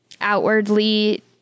outwardly